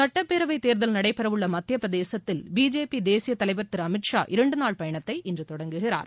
சட்டப்பேரவைத் தேர்தல் நடைபெறவுள்ள மத்தியப்பிரதேசத்தில் பிஜேபி தேசியத் தலைவர் திரு அமித் ஷா இரண்டு நாள் பயணத்தை இன்று தொடங்குகிறார்